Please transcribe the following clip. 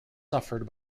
suffered